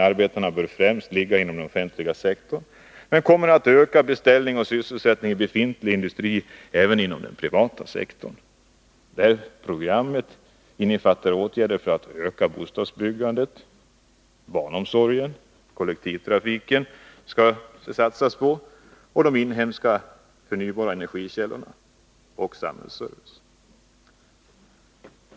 Arbetena bör främst ligga inom den offentliga sektorn, men detta kommer att öka beställningar och sysselsättning i befintlig industri även inom den privata sektorn. Programmet innefattar åtgärder för att öka bostadsbyggandet, barnomsorgen, kollektivtrafiken, satsningen på de inhemska förnybara energikällorna och på samhällsservice.